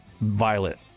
Violet